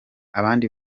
abandi